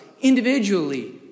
individually